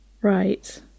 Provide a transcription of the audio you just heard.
Right